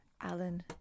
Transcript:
alan